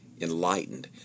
enlightened